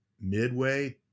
midway